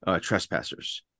trespassers